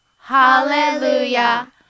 Hallelujah